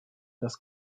dass